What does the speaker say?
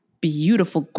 beautiful